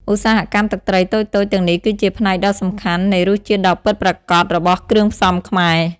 ឧស្សាហកម្មទឹកត្រីតូចៗទាំងនេះគឺជា ផ្នែកដ៏សំខាន់ នៃរសជាតិដ៏ពិតប្រាកដរបស់គ្រឿងផ្សំខ្មែរ។